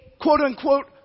quote-unquote